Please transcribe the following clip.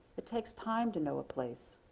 it takes time to know a place.